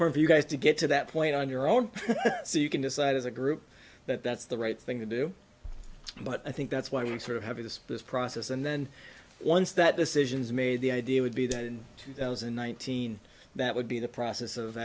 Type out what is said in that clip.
for you guys to get to that point on your own so you can decide as a group that that's the right thing to do but i think that's why we sort of have this this process and then once that decision is made the idea would be that in two thousand one thousand that would be the process of